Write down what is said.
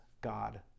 God